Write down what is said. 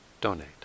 donate